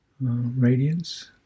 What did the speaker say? radiance